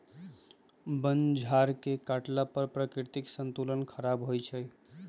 वन झार के काटला पर प्राकृतिक संतुलन ख़राप होइ छइ